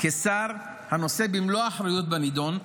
כשר הנושא במלוא האחריות בנידון,